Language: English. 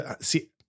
see